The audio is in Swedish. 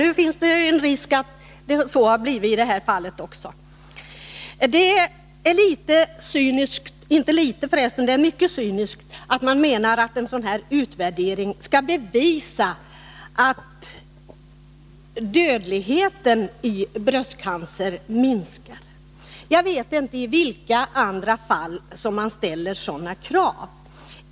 Det finns alltså risk för att det blir så också i Karin Ahrlands fall. Det är cyniskt att resonera så, att en utvärdering skall bevisa att dödligheten i bröstcancer minskar. Jag vet inte i vilka andra fall man ställer sådana krav.